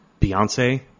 Beyonce